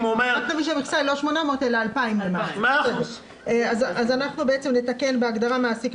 המכסה היא לא 800 אלא 2,000. נתקן בהגדרה מעסיק,